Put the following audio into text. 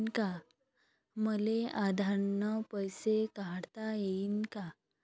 मले आधार न पैसे काढता येईन का?